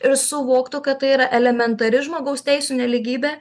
ir suvoktų kad tai yra elementari žmogaus teisių nelygybė